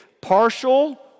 Partial